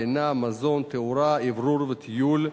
לינה, מזון, תאורה, אוורור וטיול.